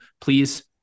please